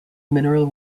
mineral